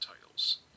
titles